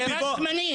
זה רק זמני.